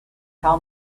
how